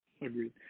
Agreed